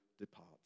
departs